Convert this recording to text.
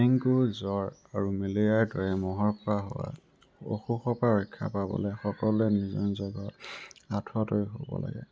dengue জ্বৰ আৰু মেলেৰিয়াৰ দৰে মহৰ পৰা হোৱা অসুখৰ পৰা ৰক্ষা পাবলৈ সকলোৱে নিজৰ নিজৰ ঘৰত আঠুৱা তৰি শুব লাগে